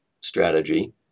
strategy